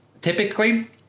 typically